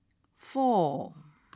four